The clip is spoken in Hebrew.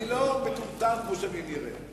אני לא מטומטם כמו שאני נראה.